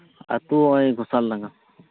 ᱟᱛᱳ ᱜᱚᱥᱟᱞ ᱰᱟᱸᱜᱟ